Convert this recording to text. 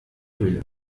höhle